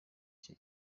cye